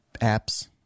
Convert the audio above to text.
apps